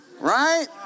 right